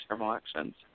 elections